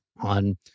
on